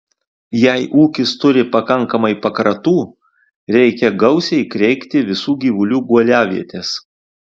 jei ūkis turi pakankamai pakratų reikia gausiai kreikti visų gyvulių guoliavietes